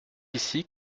ici